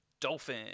Dolphin